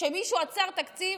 שמישהו עצר תקציב?